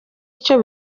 icyo